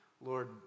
Lord